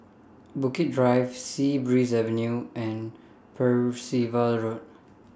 Bukit Drive Sea Breeze Avenue and Percival Road